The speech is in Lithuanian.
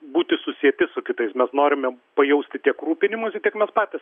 būti susieti su kitais mes norime pajausti tiek rūpinimusi tiek mes patys